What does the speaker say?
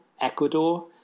Ecuador